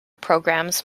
programmes